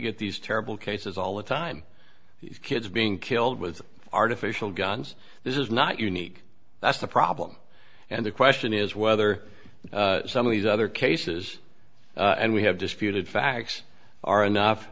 get these terrible cases all the time kids being killed with artificial guns this is not unique that's the problem and the question is whether some of these other cases and we have disputed facts are enough